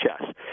chess